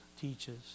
teaches